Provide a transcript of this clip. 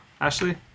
ashley